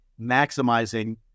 maximizing